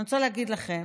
אני רוצה להגיד לכם,